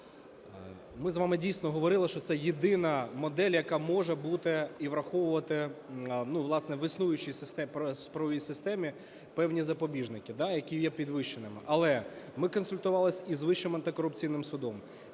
Ми з вами, дійсно, говорили, що це єдина модель, яка може бути і враховувати, власне, в існуючій правовій системі певні запобіжники, які є підвищеними. Але ми консультувались і з Вищим антикорупційним судом,